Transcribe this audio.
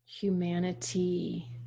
humanity